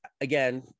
again